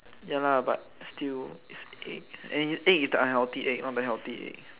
ya lah but still it's egg egg unhealthy egg is not very healthy egg